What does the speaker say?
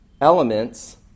elements